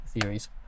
theories